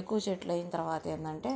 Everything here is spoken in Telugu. ఎక్కువ చెట్లు అయిన తర్వాత ఏంటంటే